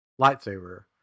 lightsaber